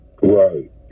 Right